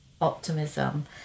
optimism